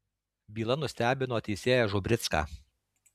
byla nustebino teisėją žubricką